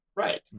Right